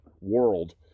world